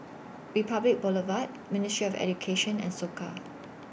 Republic Boulevard Ministry of Education and Soka